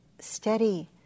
steady